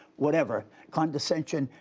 whatever, condescension,